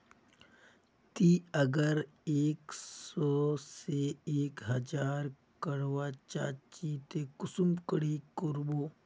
ती अगर एक सो से एक हजार करवा चाँ चची ते कुंसम करे करबो?